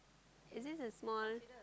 is this a small